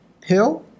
pill